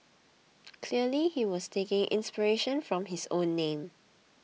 clearly he was taking inspiration from his own name